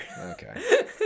Okay